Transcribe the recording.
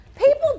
People